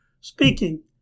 speaking